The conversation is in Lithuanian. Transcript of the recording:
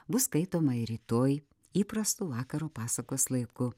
bus skaitoma ir rytoj įprastu vakaro pasakos laiku